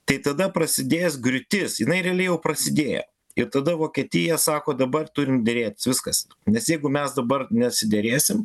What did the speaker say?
tai tada prasidės griūtis jinai realiai jau prasidėjo ir tada vokietija sako dabar turim derėtis viskas nes jeigu mes dabar nesiderėsim